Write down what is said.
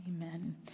Amen